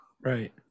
Right